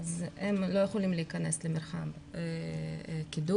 והם לא יכולים להיכנס למתחם קידום.